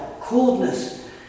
coldness